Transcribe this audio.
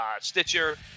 Stitcher